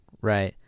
Right